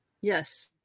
yes